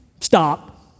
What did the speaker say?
stop